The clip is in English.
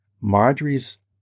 Marjorie's